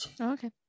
Okay